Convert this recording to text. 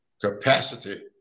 capacity